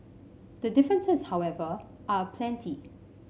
the differences however are aplenty